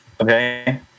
Okay